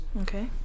Okay